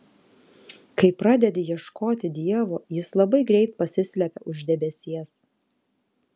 kai pradedi ieškoti dievo jis labai greit pasislepia už debesies